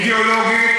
אידיאולוגית,